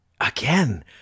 again